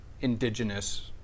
indigenous